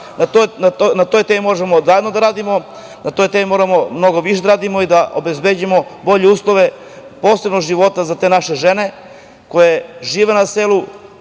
na toj temi možemo zajedno da radimo, na toj temi moramo mnogo više da radimo i da obezbedimo bolje uslove života za te naše žene koje žive na selu,